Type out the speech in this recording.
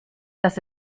dass